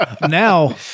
Now